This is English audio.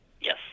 Yes